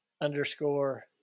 underscore